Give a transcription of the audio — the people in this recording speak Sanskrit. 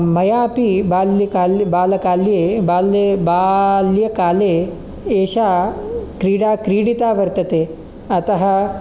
मया अपि बाल्यकाले बालकाल्ये बाल्ये बाऽऽल्य काले एषा क्रीडा क्रीडिता वर्तते अतः